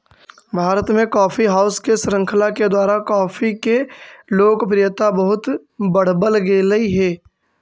भारत में coffee house के श्रृंखला के द्वारा कॉफी के लोकप्रियता बहुत बढ़बल गेलई हे